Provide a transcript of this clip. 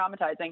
traumatizing